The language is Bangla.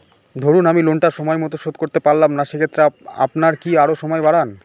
ধরুন আমি লোনটা সময় মত শোধ করতে পারলাম না সেক্ষেত্রে আপনার কি আরো সময় বাড়ান?